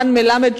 רן מלמד,